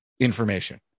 information